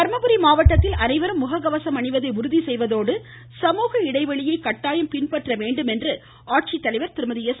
தர்மபுரி மாவட்டத்தில் அனைவரும் செய்வதோடு சமூக இடைவெளியை கட்டாயம் பின்பற்ற வேண்டும் என்று ஆட்சித்தலைவர் திருமதி எஸ்